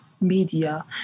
media